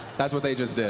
that's what they just